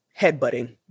headbutting